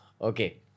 Okay